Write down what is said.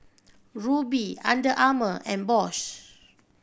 Rubi Under Armour and Bose